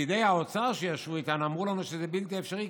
פקידי האוצר שישבו איתנו אמרו לנו שזה בלתי אפשרי,